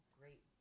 great